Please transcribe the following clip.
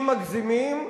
אם מגזימים,